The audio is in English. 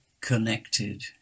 connected